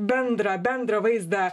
bendrą bendrą vaizdą